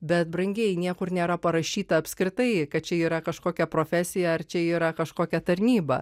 bet brangieji niekur nėra parašyta apskritai kad čia yra kažkokia profesija ar čia yra kažkokia tarnyba